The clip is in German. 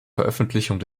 veröffentlichung